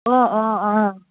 অঁ অঁ অঁ